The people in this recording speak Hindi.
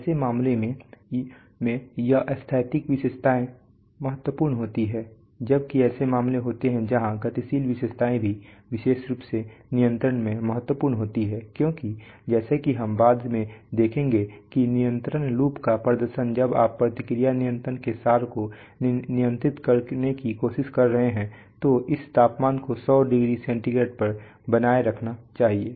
ऐसे मामलों में ये स्थैतिक विशेषताएँ महत्वपूर्ण होती हैं जबकि ऐसे मामले होते हैं जहाँ गतिशील विशेषताएँ भी विशेष रूप से नियंत्रण में महत्वपूर्ण होती हैं क्योंकि जैसा कि हम बाद में देखेंगे कि नियंत्रण लूप का प्रदर्शन जब आप प्रतिक्रिया नियंत्रण के सार को नियंत्रित करने की कोशिश कर रहे हैं तो इस तापमान को 100 डिग्री सेंटीग्रेड पर बनाए रखना चाहिए